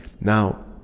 Now